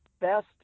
best